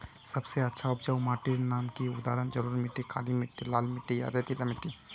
सबसे अच्छा उपजाऊ माटिर नाम की उदाहरण जलोढ़ मिट्टी, काली मिटटी, लाल मिटटी या रेतीला मिट्टी?